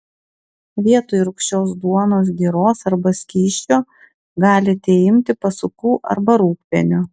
vietoj rūgščios duonos giros arba skysčio galite imti pasukų arba rūgpienio